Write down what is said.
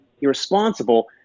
irresponsible